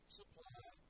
supply